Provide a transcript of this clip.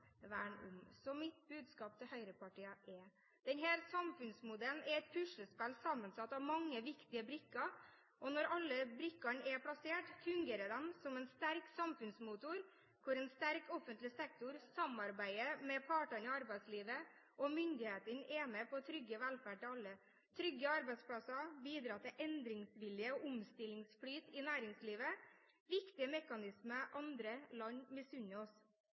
Så mitt budskap til høyrepartiene er: Denne samfunnsmodellen er et puslespill sammensatt av mange viktige brikker, og når alle brikkene er plassert, fungerer de som en sterk samfunnsmotor, hvor en sterk offentlig sektor samarbeider med partene i arbeidslivet, og myndighetene er med på å trygge velferd til alle. Trygge arbeidsplasser bidrar til endringsvilje og omstillingsflyt i næringslivet. Dette er viktige mekanismer som andre land misunner oss.